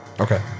Okay